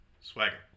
Swagger